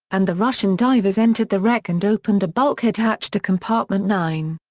and the russian divers entered the wreck and opened a bulkhead hatch to compartment nine.